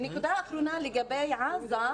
ונקודה אחרונה לגבי עזה,